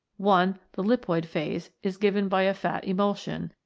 one, the lipoid phase, is given by a fat emulsion,